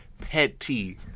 petty